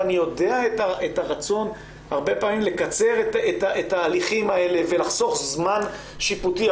ואני מכיר את הרצון הרבה פעמים לקצר את ההליכים האלה ולחסוך זמן שיפוטי.